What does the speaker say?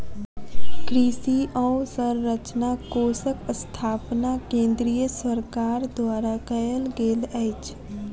कृषि अवसंरचना कोषक स्थापना केंद्रीय सरकार द्वारा कयल गेल अछि